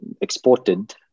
exported